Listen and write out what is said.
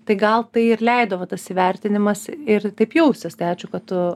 tai gal tai ir leido va tas įvertinimas ir taip jaustis tai ačiū kad tu